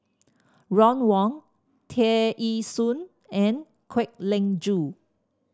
Ron Wong Tear Ee Soon and Kwek Leng Joo